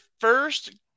first